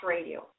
Radio